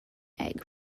egg